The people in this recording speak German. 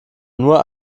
nur